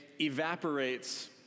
evaporates